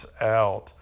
out